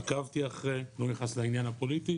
עקבתי אחרי אני לא נכנס לעניין הפוליטי